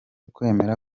kwemera